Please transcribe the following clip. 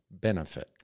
benefit